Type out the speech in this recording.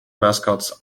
mascots